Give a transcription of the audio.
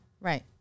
Right